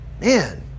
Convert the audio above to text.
Man